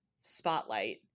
spotlight